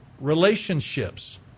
relationships